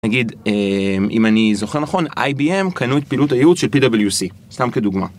נגיד אם אני זוכר נכון, IBM קנו את פעילות הייעוץ של PwC, סתם כדוגמה.